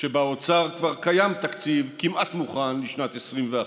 שבאוצר כבר קיים תקציב כמעט מוכן לשנת 2021,